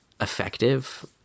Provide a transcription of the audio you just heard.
effective